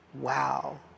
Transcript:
Wow